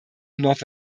north